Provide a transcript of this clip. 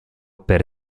per